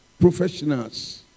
professionals